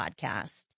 podcast